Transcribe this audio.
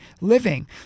living